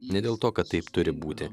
ne dėl to kad taip turi būti